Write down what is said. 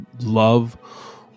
love